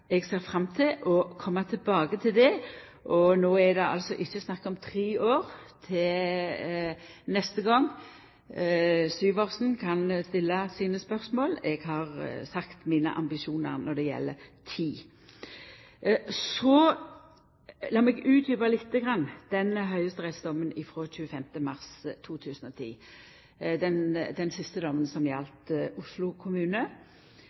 å koma tilbake til det. No er det altså ikkje snakk om tre år til neste gong Syversen kan stilla sine spørsmål. Eg har sagt mine ambisjonar når det gjeld tid. Lat meg utdjupa litt den høgsterettsdommen frå 25. mars 2010 – den siste dommen som gjaldt Oslo kommune